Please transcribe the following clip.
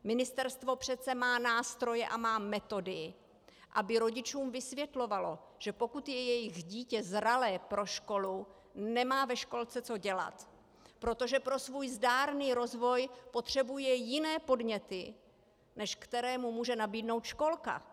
Ministerstvo přece má nástroje a má metody, aby rodičům vysvětlovalo, že pokud je jejich dítě zralé pro školu, nemá ve školce co dělat, protože pro svůj zdárný rozvoj potřebuje jiné podněty, než které mu může nabídnout školka.